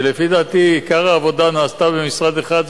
שלפי דעתי עיקר העבודה נעשה במשרד אחד,